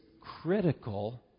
critical